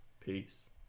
Peace